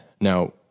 Now